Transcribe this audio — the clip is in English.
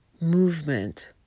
movement